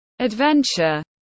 Adventure